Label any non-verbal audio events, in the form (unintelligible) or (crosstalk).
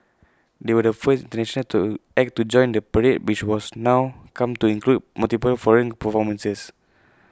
they were the first (unintelligible) to act to join the parade which was now come to include multiple foreign performances